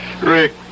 Rick